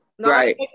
Right